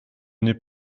n’ai